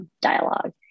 dialogue